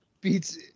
beats